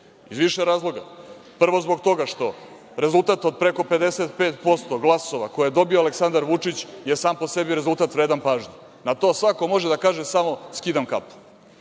iz više razloga. Prvo, zbog toga što rezultat od preko 55% glasova koje je dobio Aleksandar Vučić je samo po sebi rezultat vredan pažnje. Na to svako može da kaže samo – skidam kapu.